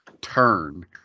turn